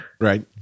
Right